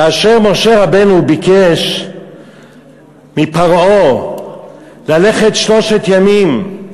כאשר משה רבנו ביקש מפרעה ללכת "שלושת ימים"